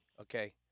okay